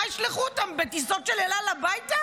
מה, ישלחו אותם בטיסות של אל על הביתה?